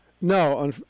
No